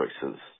choices